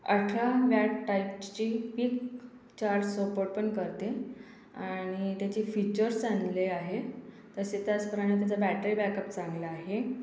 अठरा वॅट टाईपची पीक चार सपोर्ट पण करते आणि त्याचे फीचर्स चांगले आहेत तसेच त्याचप्रमाणे त्याचा बॅटरी बॅकप चांगला आहे